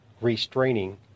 restraining